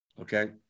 Okay